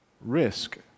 Risk